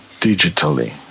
digitally